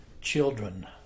children